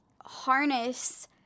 harness